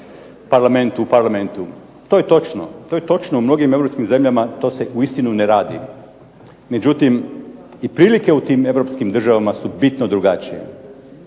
Parlamentu u Parlamentu. To je točno. To je točno, u mnogim europskim zemljama to se uistinu ne radi. Međutim, i prilike u tim europskim državama su bitno drugačije.